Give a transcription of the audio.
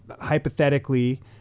hypothetically